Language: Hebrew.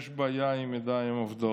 יש בעיה עם ידיים עובדות.